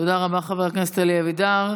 תודה רבה, חבר הכנסת אלי אבידר.